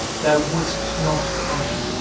thou wouldst not pardon.